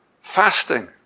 Fasting